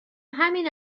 همین